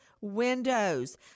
windows